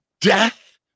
death